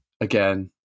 again